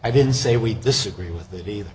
i didn't say we disagree with that either